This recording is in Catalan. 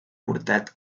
portat